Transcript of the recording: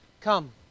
Come